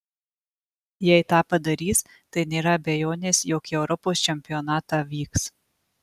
jei tą padarys tai nėra abejonės jog į europos čempionatą vyks